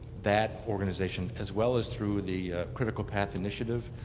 that organization as well as through the critical path initiative.